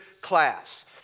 class